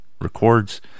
records